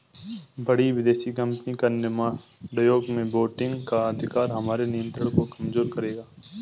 बड़ी विदेशी कंपनी का निर्णयों में वोटिंग का अधिकार हमारे नियंत्रण को कमजोर करेगा